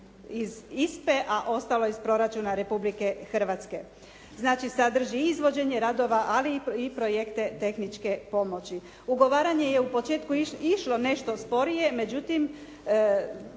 iz ISPA-e a ostalo iz proračuna Republike Hrvatske. Znači sadrži i izvođenje radova ali i projekta tehničke pomoći. Ugovaranje je u početku išlo nešto sporije, međutim,